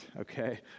okay